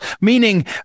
meaning